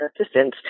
assistance